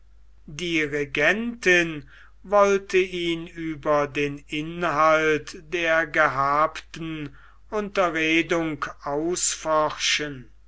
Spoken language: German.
die regentin wollte ihn über den inhalt der gehabten unterredung ausforschen